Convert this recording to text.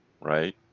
right